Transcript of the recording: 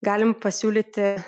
galim pasiūlyti